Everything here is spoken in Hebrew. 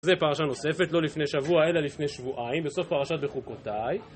זה פרשה נוספת, לא לפני שבוע, אלא לפני שבועיים, בסוף פרשת ״בחוקותיי״.